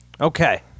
Okay